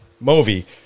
movie